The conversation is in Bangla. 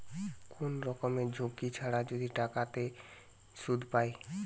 কোন রকমের ঝুঁকি ছাড়া যদি টাকাতে সুধ পায়